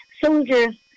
soldiers